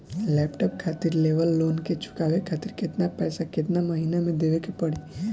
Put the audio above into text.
Laptop खातिर लेवल loan के चुकावे खातिर केतना पैसा केतना महिना मे देवे के पड़ी?